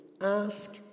ask